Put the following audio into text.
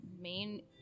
main